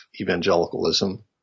evangelicalism